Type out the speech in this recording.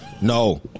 No